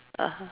(uh huh)